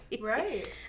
Right